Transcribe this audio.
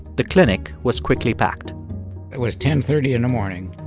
the clinic was quickly packed it was ten thirty in the morning.